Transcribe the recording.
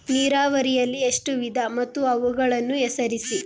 ನೀರಾವರಿಯಲ್ಲಿ ಎಷ್ಟು ವಿಧ ಮತ್ತು ಅವುಗಳನ್ನು ಹೆಸರಿಸಿ?